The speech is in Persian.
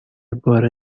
بار